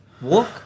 Walk